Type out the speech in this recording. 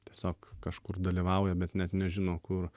tiesiog kažkur dalyvauja bet net nežino kur